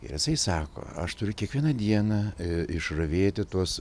ir jisai sako aš turiu kiekvieną dieną išravėti tuos